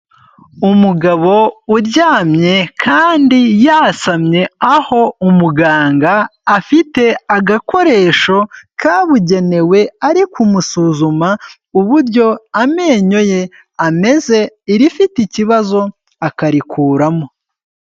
Umugabo uryamye kandi yasamye, aho umuganga afite agakoresho kabugenewe ari kumusuzuma uburyo amenyo ye ameze, irifite ikibazo akarikuramo.